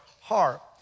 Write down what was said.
heart